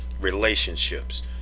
relationships